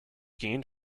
gained